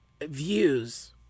views